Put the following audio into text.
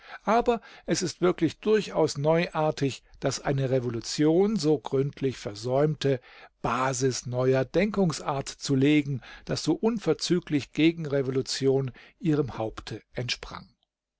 aber es ist wirklich durchaus neuartig daß eine revolution so gründlich versäumte basis neuer denkungsart zu legen daß so unverzüglich gegenrevolution ihrem haupte entsprang